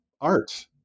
art